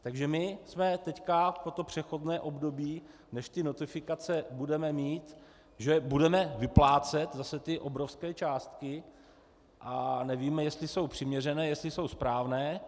Takže my jsme teď v tomto přechodném období, než ty notifikace budeme mít, že budeme vyplácet zase obrovské částky a nevíme, jestli jsou přiměřené, jestli jsou správné.